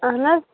اَہَن حظ